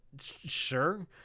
sure